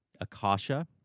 Akasha